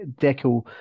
Deco